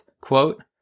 quote